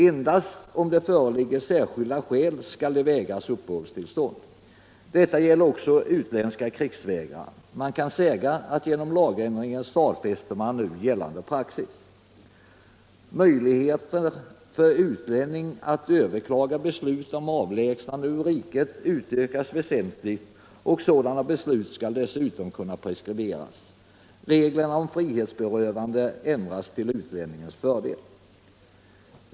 Endast om det föreligger särskilda skäl skall de vägras uppehållstillstånd. Detta gäller också utländska krigsvägrare. Man kan säga att genom lagändringen stadfäster man nu gällande praxis. Möjligheterna för utlänning att överklaga beslut om avlägsnande ur riket förbättras väsentligt, och sådana beslut skall dessutom kunna preskriberas. Reglerna om frihetsberövande ändras till utlänningens fördel.